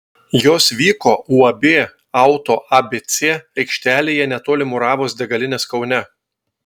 jos vyko uab auto abc aikštelėje netoli muravos degalinės kaune